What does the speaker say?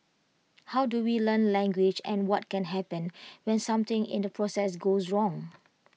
how do we learn language and what can happen when something in the process goes wrong